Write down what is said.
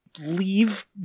leave